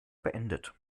beendet